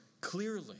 clearly